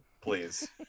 please